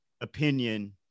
opinion